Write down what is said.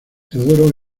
teodoro